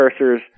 cursors